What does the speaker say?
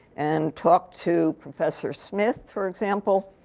and talked to professor smith, for example,